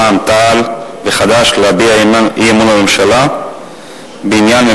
רע"ם-תע"ל וחד"ש להביע אי-אמון בממשלה בעניין: